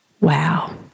Wow